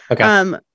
Okay